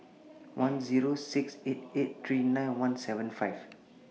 one Zero six eight eight three nine one seven five